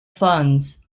funds